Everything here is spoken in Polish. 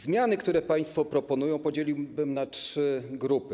Zmiany, które państwo proponują, podzieliłbym na trzy grupy.